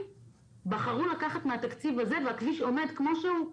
בחרו לקחת מהתקציב הזה והכביש עומד כמו שהוא.